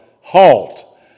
halt